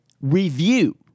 review